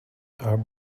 are